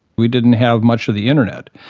we didn't have much of the internet,